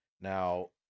Now